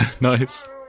Nice